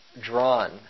drawn